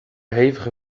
hevige